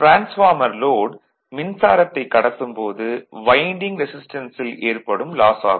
transformer load மின்சாரத்தைக் கடத்தும் போது வைண்டிங் ரெசிஸ்டன்சில் ஏற்படும் லாஸ் ஆகும்